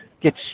get